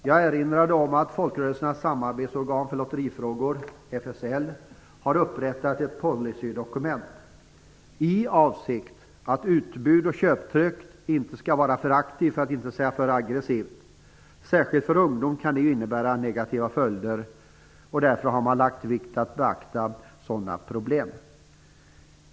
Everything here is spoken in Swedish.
Jag erinrade om att folkrörelsernas samarbetgsorgan för lotterifrågor, FSL, har upprättat ett policydokument i avsikt att utbud och köptryck inte skall vara för aktivt för att inte säga för aggressivt. Särskilt för ungdomar kan det innebära negativa följder. Därför har man lagt vikt vid beaktandet av sådana problem.